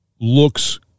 looks